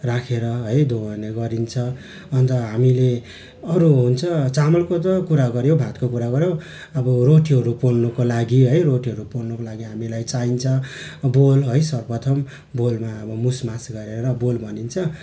राखेर है दुहुने गरिन्छ अन्त हामीले अरू हुन्छ चामलको त कुरा गर्यौँ भातको कुरा गर्यौँ अब रोटीहरू पोल्नुको लागि चाहिँ रोटीहरू पोल्नुको लागि हामीलाई चाहिन्छ बोल है सर्वप्रथम बोलमा अब मुसमास गरेर बोल भनिन्छ